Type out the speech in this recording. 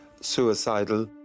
suicidal